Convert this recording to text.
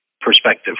perspective